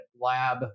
lab